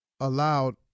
allowed